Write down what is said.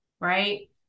right